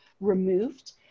removed